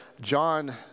john